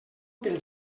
pel